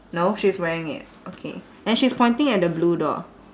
no she's wearing it okay and she's pointing at the blue door